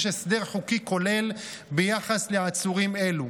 הסדר חוקי כולל ביחס לעצורים אלו.